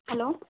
hello